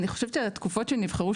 אני חושבת שהתקופות שנבחרו,